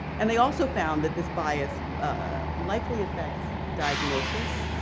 and they also found that this bias ah likely affects diagnosis,